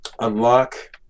unlock